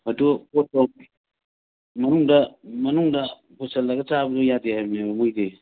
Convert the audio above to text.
ꯑꯗꯨ ꯃꯅꯨꯡꯗ ꯃꯅꯨꯡꯗ ꯄꯨꯁꯜꯂꯒ ꯆꯥꯕꯗꯨ ꯌꯥꯗꯦ ꯍꯥꯏꯕꯅꯦꯕ ꯃꯣꯏꯗꯤ